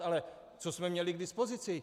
Ale co jsme měli k dispozici?